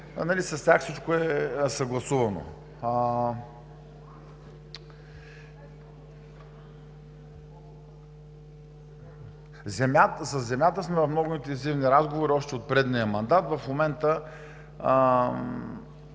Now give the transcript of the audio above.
С тях всичко е съгласувано. За земята сме в много интензивни разговори още от предния мандат. В момента